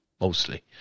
mostly